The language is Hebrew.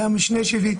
שהיה משנה שלי,